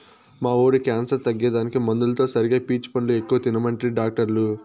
మా వోడి క్యాన్సర్ తగ్గేదానికి మందులతో సరిగా పీచు పండ్లు ఎక్కువ తినమంటిరి డాక్టర్లు